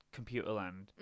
Computerland